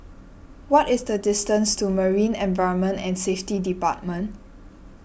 what is the distance to Marine Environment and Safety Department